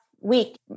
week